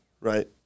right